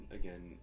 again